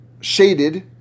shaded